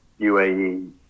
UAE